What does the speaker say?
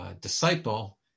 disciple